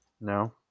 No